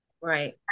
Right